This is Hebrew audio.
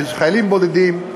חיילים בודדים,